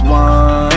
one